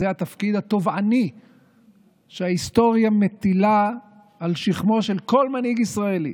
זה התפקיד התובעני שההיסטוריה מטילה על שכמו של כל מנהיג ישראלי,